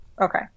Okay